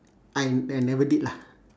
I I never did lah